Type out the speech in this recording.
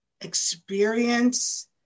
experience